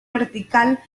vertical